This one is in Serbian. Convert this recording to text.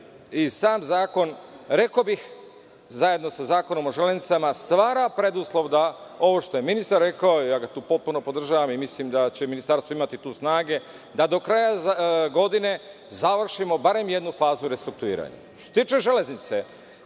i sam zakon rekao bih zajedno sa Zakonom o železnicama stvara preduslov da ovo što je ministar rekao, ja ga tu potpuno podržavam i mislim da će ministarstvo imati tu snage da do kraja godine završimo barem jednu fazu restrukturiranja. Što se tiče „Železnice“,